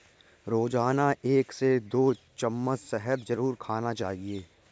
रोजाना एक से दो चम्मच शहद जरुर खाना चाहिए